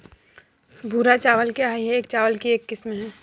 भूरा चावल क्या है? क्या यह चावल की एक किस्म है?